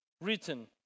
written